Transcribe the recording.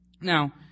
Now